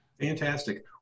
Fantastic